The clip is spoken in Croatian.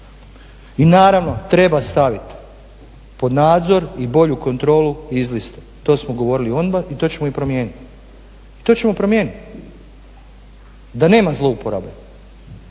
I naravno treba staviti pod nadzor i bolju kontrolu izliste. To smo govorili onda i to ćemo promijeniti da nema zlouporabe.